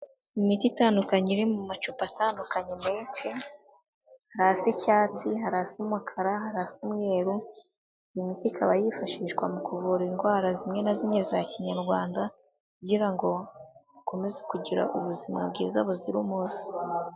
Imiti itandukanye iri mu macupa atandukanyemenshi hari asa icyatsi hari asa umukara hari asa umweru, iyi miti ikaba yifashishwa mu kuvura indwara zimwe na zimwe za kinyarwanda kugira ngo ukomeze kugira ubuzima bwiza buzira umuze.